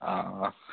অঁ অঁ